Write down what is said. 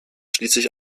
schließlich